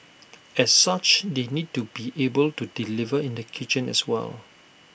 as such they need to be able to deliver in the kitchen as well